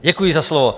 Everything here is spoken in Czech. Děkuji za slovo.